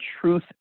truth